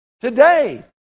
today